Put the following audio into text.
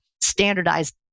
standardized